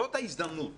זאת ההזדמנות